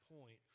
point